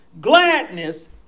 gladness